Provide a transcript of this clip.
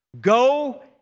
Go